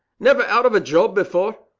never out of a job before.